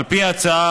על פי ההצעה,